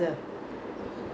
saw that fellow you know